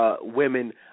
Women